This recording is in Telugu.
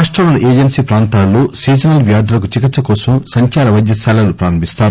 రాష్టంలోని ఏజెన్సీ ప్రాంతాలలో సీజనల్ వ్యాధులకు చికిత్స కోసం సంచార వైద్య శాలలు ప్రారంభిస్తారు